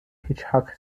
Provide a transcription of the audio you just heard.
hitchcock